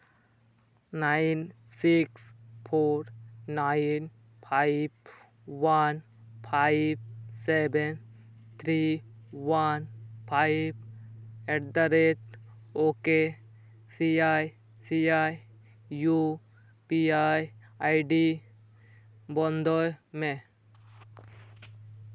nine six four nine five one five seven three one five eight the rate okay C I C I U P I ID ᱵᱚᱱᱫᱚᱭ ᱢᱮ